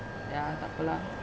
ya takpe lah